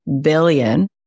billion